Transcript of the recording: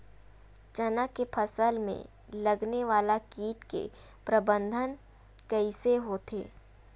चना के फसल में लगने वाला कीट के प्रबंधन कइसे होथे?